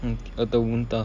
mm atau muntah